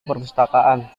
perpustakaan